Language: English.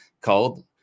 called